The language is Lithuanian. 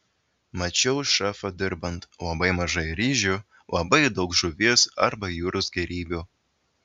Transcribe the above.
mačiau šefą dirbant labai mažai ryžių labai daug žuvies arba jūros gėrybių